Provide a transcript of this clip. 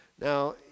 Now